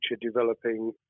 developing